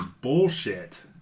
bullshit